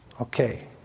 Okay